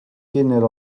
kindel